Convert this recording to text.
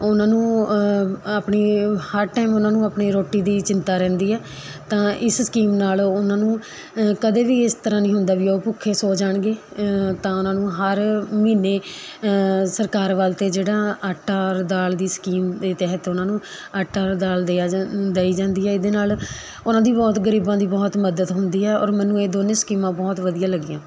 ਉਹਨਾਂ ਨੂੰ ਆਪਣੀ ਹਰ ਟਾਈਮ ਉਹਨਾਂ ਨੂੰ ਆਪਣੀ ਰੋਟੀ ਦੀ ਚਿੰਤਾ ਰਹਿੰਦੀ ਹੈ ਤਾਂ ਇਸ ਸਕੀਮ ਨਾਲ਼ ਉਹਨਾਂ ਨੂੰ ਕਦੇ ਵੀ ਇਸ ਤਰ੍ਹਾਂ ਨਹੀਂ ਹੁੰਦਾ ਵੀ ਉਹ ਭੁੱਖੇ ਸੋ ਜਾਣਗੇ ਤਾਂ ਉਹਨਾਂ ਨੂੰ ਹਰ ਮਹੀਨੇ ਸਰਕਾਰ ਵੱਲ ਤੋਂ ਜਿਹੜਾ ਆਟਾ ਔਰ ਦਾਲ਼ ਦੀ ਸਕੀਮ ਦੇ ਤਹਿਤ ਉਹਨਾਂ ਨੂੰ ਆਟਾ ਔਰ ਦਾਲ਼ ਦੇਆ ਜਾਂਦ ਦਈ ਜਾਂਦੀ ਹੈ ਇਹਦੇ ਨਾਲ ਉਹਨਾਂ ਦੀ ਬਹੁਤ ਗਰੀਬਾਂ ਦੀ ਬਹੁਤ ਮਦਦ ਹੁੰਦੀ ਹੈ ਔਰ ਮੈਨੂੰ ਇਹ ਦੋਨੇ ਸਕੀਮਾਂ ਬਹੁਤ ਵਧੀਆ ਲੱਗੀਆਂ